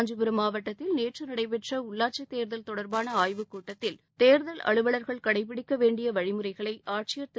காஞ்சிபுரம் மாவட்டத்தில் நேற்று நடைபெற்ற உள்ளாட்சித் தேர்தல் தொடர்பான ஆய்வுக் கூட்டத்தில் தேர்தல் அலுவலர்கள் கடைபிடிக்க வேண்டிய வழிமுறைகளை ஆட்சியர் திரு